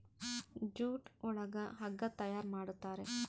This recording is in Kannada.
ಜೂಟ್ ಒಳಗ ಹಗ್ಗ ತಯಾರ್ ಮಾಡುತಾರೆ